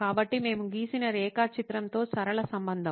కాబట్టి మేము గీసిన రేఖాచిత్రం తో సరళ సంబంధం